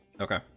Okay